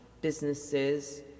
businesses